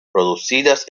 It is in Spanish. producidas